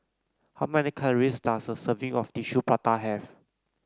how many calories does a serving of Tissue Prata have